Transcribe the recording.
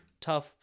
Tough